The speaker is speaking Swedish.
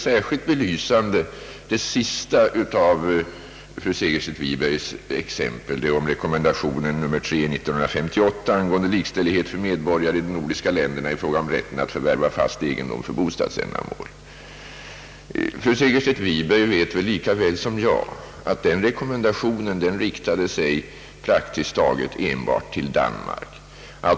Om det sista av fru Segerstedt Wibergs exempel, det om rekommendationen nr 3/1958 angående likställighet för medborgare i de nordiska länderna i fråga om rätten att förvärva fast egendom för bostadsändamål, vet fru Segerstedt Wiberg lika väl som jag att den rekommendationen riktade sig praktiskt taget enbart till Danmark.